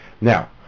Now